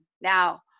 Now